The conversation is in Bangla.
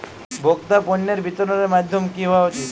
ভোক্তা পণ্যের বিতরণের মাধ্যম কী হওয়া উচিৎ?